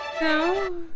No